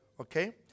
okay